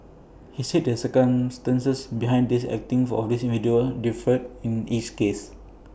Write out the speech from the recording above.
he said the circumstances behind his acting for of these individuals differed in each case